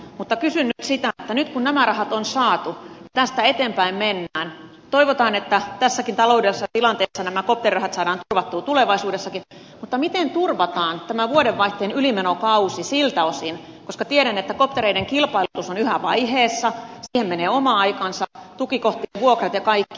mutta kysyn nyt sitä nyt kun nämä rahat on saatu ja tästä eteenpäin mennään toivotaan että tässäkin taloudellisessa tilanteessa nämä kopterirahat saadaan turvattua tulevaisuudessakin miten turvataan tämä vuodenvaihteen ylimenokausi siltä osin koska tiedän että koptereiden kilpailutus on yhä vaiheessa siihen menee oma aikansa tukikohtien vuokrat ja kaikki